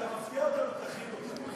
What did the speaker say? כשאתה מפתיע אותנו, תכין אותנו.